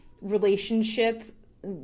relationship